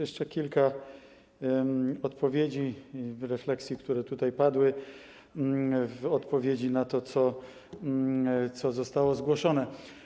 Jeszcze kilka odpowiedzi, refleksji, które tutaj padły, w odpowiedzi na to, co zostało zgłoszone.